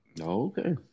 Okay